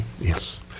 Yes